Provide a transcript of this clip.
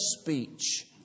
speech